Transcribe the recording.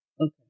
Okay